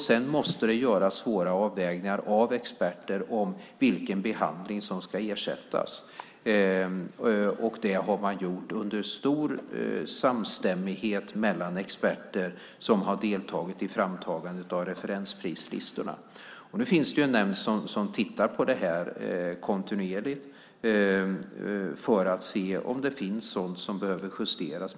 Sedan måste det göras svåra avvägningar av experter om vilken behandling som ska ersättas. Det har man gjort under stor samstämmighet mellan experter som har deltagit i framtagandet av referensprislistorna. Nu finns det en nämnd som tittar på det här kontinuerligt för att se om det finns sådant som behöver justeras.